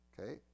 Okay